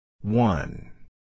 One